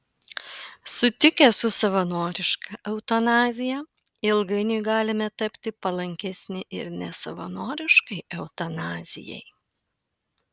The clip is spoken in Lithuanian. sutikę su savanoriška eutanazija ilgainiui galime tapti palankesni ir nesavanoriškai eutanazijai